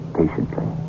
patiently